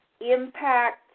impact